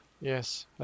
Yes